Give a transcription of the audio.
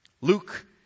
Luke